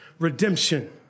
Redemption